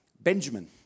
Benjamin